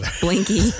Blinky